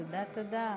תודה, תודה.